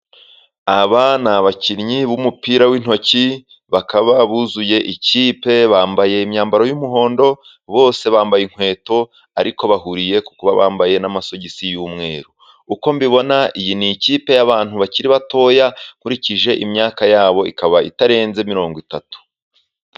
Aba ni abakinnyi b'umupira w'intoki, bakaba buzuye ikipe. Bambaye imyambaro y'umuhondo, bose bambaye inkweto ariko bahuriye kuba bambaye n'amasogisi y'umweru. Uko mbibona iyi ni ikipe y'abantu bakiri batoya. Nkurikije imyaka yabo, ikaba itarenze mirongo itatu.